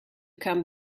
come